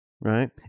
right